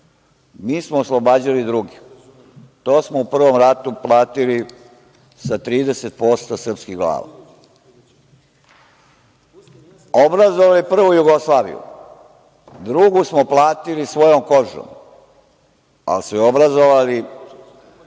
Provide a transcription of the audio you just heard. smo oslobađali druge. To smo u prvom ratu platili sa 30% srpskih glava. Obrazovao je prvo Jugoslaviju. Drugu smo platili svojom kožom, ali su je obrazovali